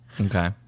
okay